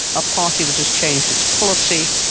a party that has changed its policy,